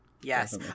Yes